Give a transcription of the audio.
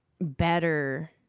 better